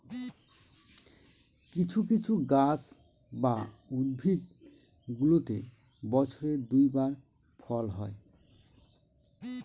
কিছু কিছু গাছ বা উদ্ভিদগুলোতে বছরে দুই বার ফল হয়